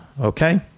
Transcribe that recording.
Okay